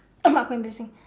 oh mak kau embarrassing